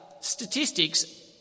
statistics